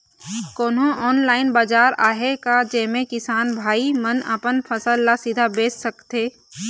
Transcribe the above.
कोन्हो ऑनलाइन बाजार आहे का जेमे किसान भाई मन अपन फसल ला सीधा बेच सकथें?